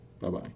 Bye-bye